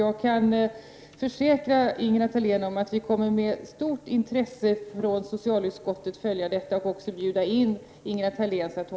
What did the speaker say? Jag kan försäkra Ingela Thalén om att vi i socialutskottet med stort intresse kommer att följa arbetet. Vi kommer också att bjuda in Ingela Thalén till utskottet.